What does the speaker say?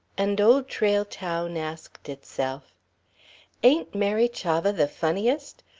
and old trail town asked itself ain't mary chavah the funniest?